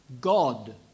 God